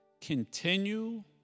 continue